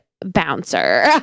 bouncer